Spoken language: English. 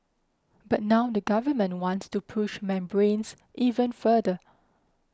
but now the Government wants to push membranes even further